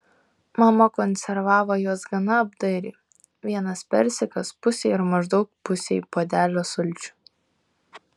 mama konservavo juos gana apdairiai vienas persikas pusei ar maždaug pusei puodelio sulčių